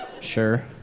Sure